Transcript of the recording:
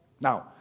Now